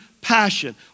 passion